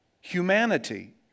humanity